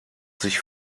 sich